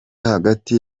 hagati